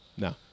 No